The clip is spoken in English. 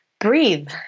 Breathe